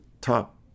top